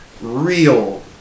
real